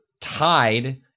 tied